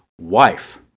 wife